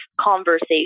conversation